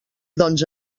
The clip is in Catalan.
doncs